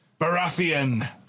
Baratheon